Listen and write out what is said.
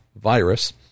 virus